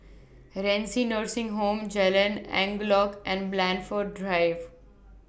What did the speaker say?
Renci Nursing Home Jalan Angklong and Blandford Drive